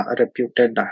reputed